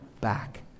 back